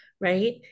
Right